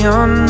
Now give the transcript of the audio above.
on